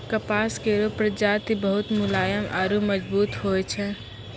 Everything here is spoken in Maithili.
कपास केरो प्रजाति बहुत मुलायम आरु मजबूत होय छै